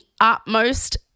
utmost